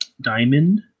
diamond